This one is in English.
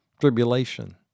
Tribulation